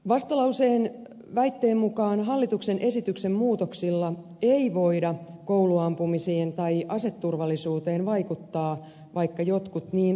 vastalauseen väitteen mukaan hallituksen esityksen muutoksilla ei voida kouluampumisiin tai aseturvallisuuteen vaikuttaa vaikka jotkut niin uskovatkin